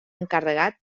encarregat